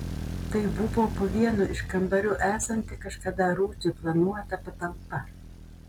tai buvo po vienu iš kambarių esanti kažkada rūsiui planuota patalpa